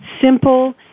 simple